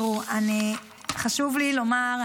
חשוב לי לומר,